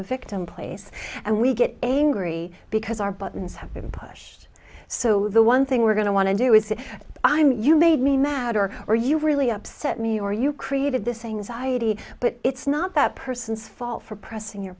victim place and we get angry because our buttons have been pushed so the one thing we're going to want to do is that i mean you made me mad or are you really upset me or you created this anxiety but it's not that person's fault for pressing your